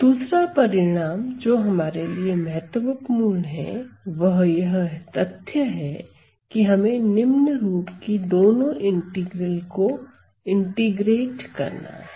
दूसरा परिणाम जो हमारे लिए महत्वपूर्ण है वह यह तथ्य है कि हमें निम्न रूप की दोनों इंटीग्रल को इंटीग्रेट करना है